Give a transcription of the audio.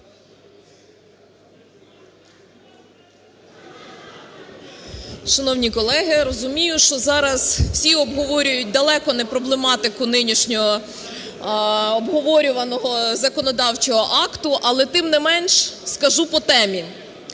Шановні колеги, розумію, що зараз всі обговорюють далеко не проблематику нинішнього обговорюваного законодавчого акту, але тим не менш скажу по темі.